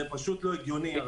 זה פשוט לא הגיוני.